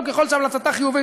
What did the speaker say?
וככל שהמלצתה חיובית,